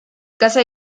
casa